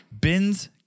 Bin's